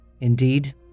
Indeed